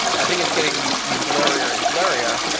i think is getting blurrier and blurrier.